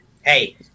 Hey